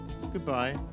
Goodbye